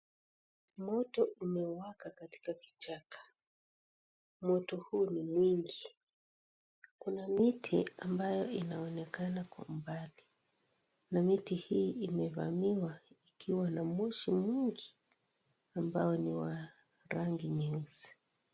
Moto umewaka katika kichaka. Moto huu ni mwingi. Kuna miti ambayo inaonekana kwa umbali na miti hii imevamiwa ikiwa na moshi mwingi ambao ni wa rangi nyeusi.